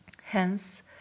Hence